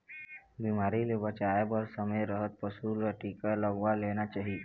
बिमारी ले बचाए बर समे रहत पशु ल टीका लगवा लेना चाही